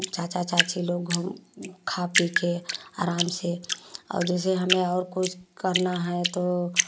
चाचा चाची लोग घुम खा पी कर आराम से और जैसे हमें और कुछ करना है तो